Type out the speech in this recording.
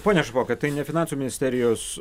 pone špoka tai ne finansų ministerijos